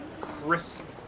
crisp